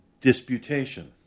disputation